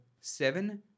seven